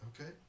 Okay